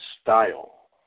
style